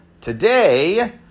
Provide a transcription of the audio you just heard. Today